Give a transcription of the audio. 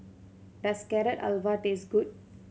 does Carrot Halwa taste good